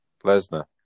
Lesnar